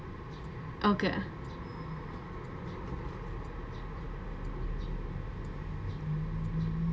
I'll get it